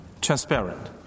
transparent